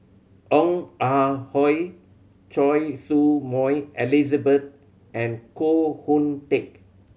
Ong Ah Hoi Choy Su Moi Elizabeth and Koh Hoon Teck